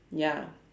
ya